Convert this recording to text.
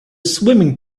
swimming